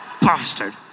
Bastard